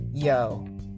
Yo